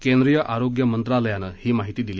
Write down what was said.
केंद्रीय आरोग्य मंत्रालयानं ही माहिती दिली